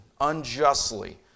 unjustly